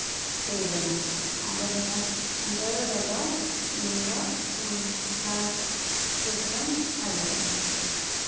ᱦᱩᱭ ᱞᱮᱱᱟ ᱟᱫᱚ ᱱᱤᱭᱟᱹ ᱫᱟᱹᱲ ᱨᱮᱫᱚ ᱤᱧᱫᱚ ᱯᱷᱟᱥ ᱥᱤᱨᱯᱟᱹᱧ ᱟᱹᱜᱩ ᱞᱮᱫᱼᱟ